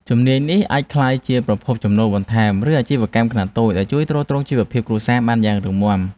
ជំនាញនេះអាចក្លាយជាប្រភពចំណូលបន្ថែម ឬជាអាជីវកម្មខ្នាតតូចដែលជួយទ្រទ្រង់ជីវភាពគ្រួសារបានយ៉ាងរឹងមាំ។